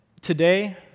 Today